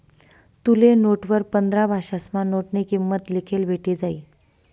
तुले नोटवर पंधरा भाषासमा नोटनी किंमत लिखेल भेटी जायी